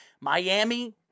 Miami